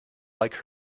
like